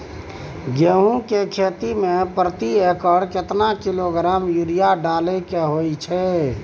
गेहूं के खेती में प्रति एकर केतना किलोग्राम यूरिया डालय के होय हय?